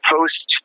Post